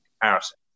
comparison